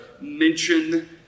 mention